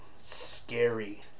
Scary